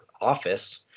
office